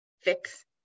fix